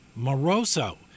Moroso